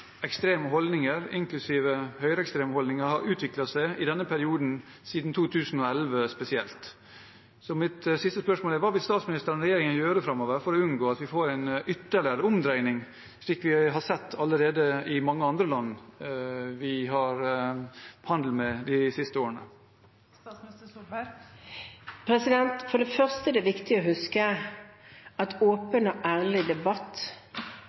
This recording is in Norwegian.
ekstreme holdninger, inklusiv høyreekstreme holdninger, har utviklet seg i denne perioden, siden 2011 spesielt. Mitt siste spørsmål er: Hva vil statsministeren og regjeringen gjøre framover for å unngå at vi får en ytterligere omdreining, slik vi allerede har sett i mange andre land vi har handel med, de siste årene? For det første er det viktig å huske at åpen og ærlig debatt